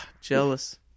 Jealous